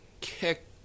KICK